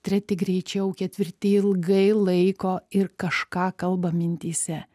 treti greičiau ketvirti ilgai laiko ir kažką kalba mintyse